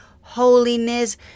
holiness